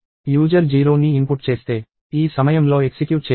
user 0ని input చేస్తే ఈ సమయంలో ఎక్సిక్యూట్ చేయబడదు